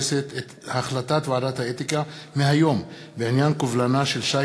החלטת ועדת האתיקה מהיום בעניין קובלנה של שי